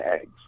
eggs